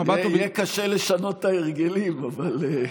יהיה קשה לשנות את ההרגלים אבל,